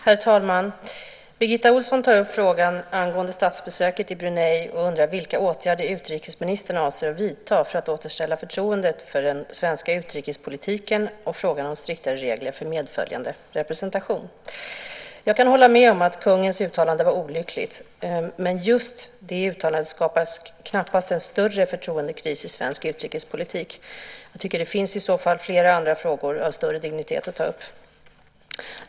Herr talman! Birgitta Ohlsson tar upp frågan angående statsbesöket i Brunei och undrar vilka åtgärder utrikesministern avser att vidta för att återställa förtroendet för den svenska utrikespolitiken. Hon tar också upp frågan om striktare regler för medföljande representation. Jag kan hålla med om att kungens uttalande var olyckligt. Men just det uttalandet skapade knappast en större förtroendekris i svensk utrikespolitik. Det finns i så fall flera andra frågor av större dignitet att ta upp.